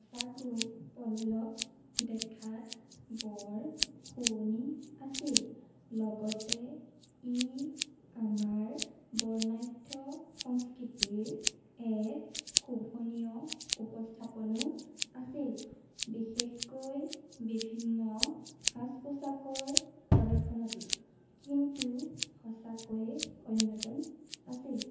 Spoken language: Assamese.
সঁচাকৈ পল্লৱ দেখাত বৰ শুৱনি আছিল লগতে ই আমাৰ বৰ্ণাঢ্য সংস্কৃতিৰ এক শোভনীয় উপস্থাপনো আছিল বিশেষকৈ বিভিন্ন সাজ পোছাকৰ প্ৰদৰ্শনতো কিন্তু সঁচাকৈয়ে অন্যতম আছিল